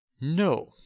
No